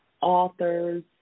authors